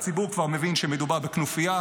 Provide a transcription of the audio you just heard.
הציבור כבר מבין שמדובר בכנופיה,